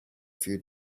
few